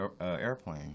Airplane